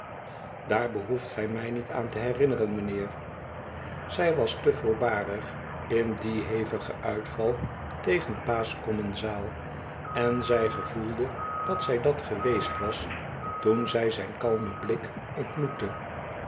daar behoeft gij mij niet aan te herinneren mijnheer zij was te voorbarig in dien hevigen uitval tegen pa s commensaal en zij gevoelde dat zij dat geweest was toen zij zijn kalmen blik ontmoette